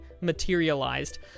materialized